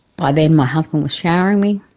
by then my husband was showering me,